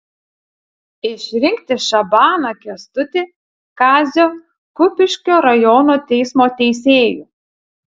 išrinkti šabaną kęstutį kazio kupiškio rajono teismo teisėju